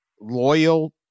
loyal